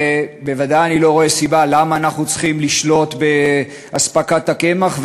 ובוודאי אני לא רואה סיבה למה אנחנו צריכים לשלוט באספקת הקמח,